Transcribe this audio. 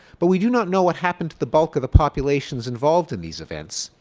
but we do not know what happened to the bulk of the populations involved in these events.